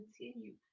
continue